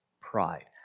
pride